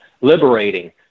liberating